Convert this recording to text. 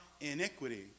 iniquity